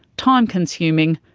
time consuming,